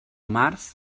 març